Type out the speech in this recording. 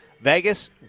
Vegas